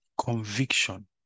conviction